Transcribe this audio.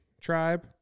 tribe